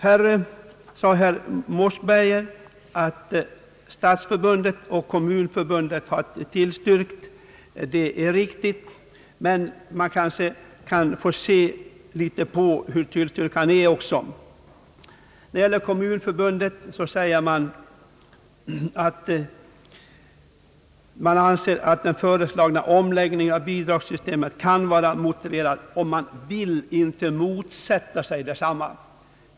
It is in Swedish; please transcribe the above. Herr Mossberger sade att Stadsförbundet och Kommunförbundet har tillstyrkt. Det är riktigt, men man kanske också får se litet på hur tillstyrkan är utformad. Kommunförbundet anser att den föreslagna omläggningen av bidragssystemet kan vara motiverad, och man vill inte motsätta sig densamma.